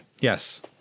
Yes